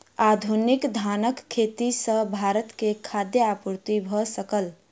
आधुनिक धानक खेती सॅ भारत के खाद्य आपूर्ति भ सकल